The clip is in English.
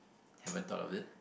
haven't thought of it